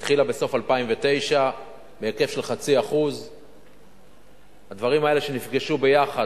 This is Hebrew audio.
שהתחילה בסוף 2009 בהיקף של 0.5%. הדברים האלה שנפגשו ביחד,